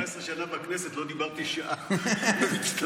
17 שנה בכנסת, לא דיברתי שעה במצטבר.